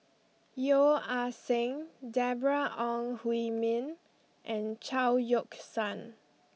Yeo Ah Seng Deborah Ong Hui Min and Chao Yoke San